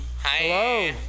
Hello